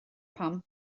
pam